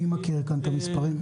מי מכיר את המספרים?